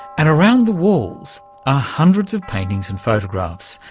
and around the walls are hundreds of paintings and photographs,